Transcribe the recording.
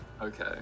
Okay